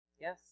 Yes